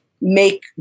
make